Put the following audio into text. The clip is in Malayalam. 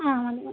ആ അത് മതി